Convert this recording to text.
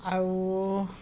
আৰু